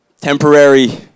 temporary